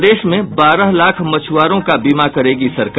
प्रदेश में बारह लाख मछुआरों का बीमा करेगी सरकार